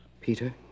Peter